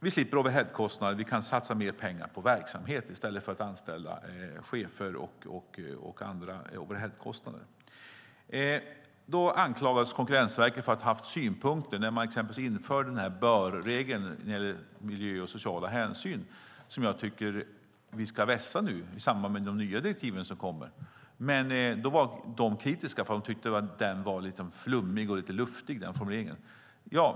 Vi slipper overheadkostnader, och vi kan satsa mer pengar på verksamhet i stället för att anställa chefer och så vidare. Då anklagas Konkurrensverket för att ha haft synpunkter när till exempel denna bör-regel infördes när det gäller miljöhänsyn och sociala hänsyn som jag tycker att vi nu ska vässa i samband med de nya direktiv som kommer. Men de var kritiska för att de tyckte att formuleringen var flummig och lite luftig.